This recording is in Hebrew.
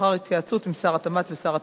לאחר התייעצות עם שר התמ"ת ועם שר התחבורה.